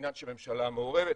העניין שממשלה מעורבת.